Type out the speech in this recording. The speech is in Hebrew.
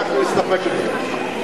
אנחנו נסתפק בזה.